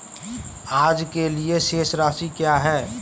आज के लिए शेष राशि क्या है?